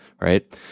right